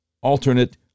alternate